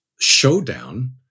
showdown